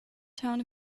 town